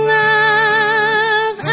love